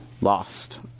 lost